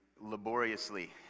laboriously